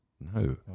no